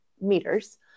meters